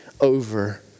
over